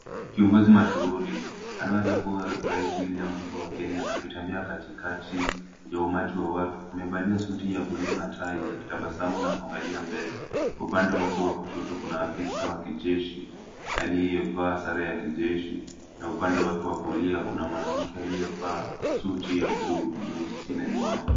Kiongozi mashauri anaeza kuwa rais William Ruto wa Kenya akitembea katikati ya umati wa watu. Amevalia suti ya bluu na tai akitabasamu na kuangalia mbele. Upande wake wa kushoto kuna afisa wa kijeshi aliyevaa sare ya kijeshi na upande wake wa kulia kuna mwanamke aliyevaa suti ya bluu nyeusi na miwani.